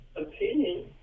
Opinion